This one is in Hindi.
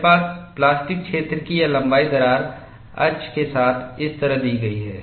मेरे पास प्लास्टिक क्षेत्र की यह लंबाई दरार अक्ष के साथ इस तरह दी गई है